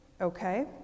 Okay